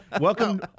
Welcome